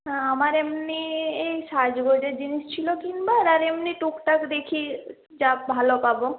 হ্যাঁ আমার এমনি এই সাজগোজের জিনিস ছিলো কিনবার আর এমনি টুকটাক দেখি যা ভালো পাবো